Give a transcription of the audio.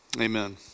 Amen